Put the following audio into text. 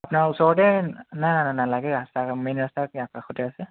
আপোনাৰ ওচৰতে না নাই নালাগে ৰাস্তা মেইন ৰাস্তাৰ কাষতে আছে